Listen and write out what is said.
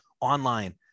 online